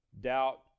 doubt